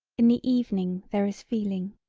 in the evening there is feeling.